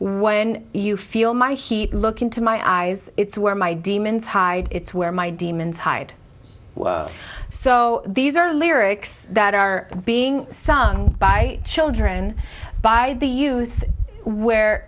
when you feel my heat look into my eyes it's where my demons hide it's where my demons hide so these are lyrics that are being sung by children by the